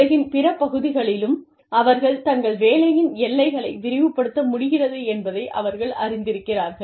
உலகின் பிற பகுதிகளிலும் அவர்கள் தங்கள் வேலையின் எல்லைகளை விரிவுபடுத்த முடிகிறது என்பதை அவர்கள் அறிந்திருக்கிறார்கள்